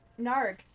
Narg